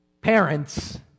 parents